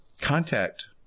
contact